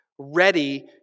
ready